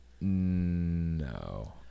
No